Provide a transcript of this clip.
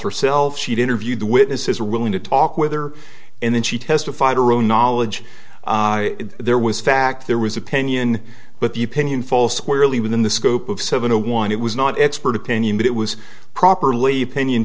herself she'd interviewed the witnesses were willing to talk with her and then she testified her own knowledge there was fact there was opinion but the opinion fall squarely within the scope of seven to one it was not expert opinion but it was properly pinion